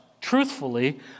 truthfully